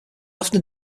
often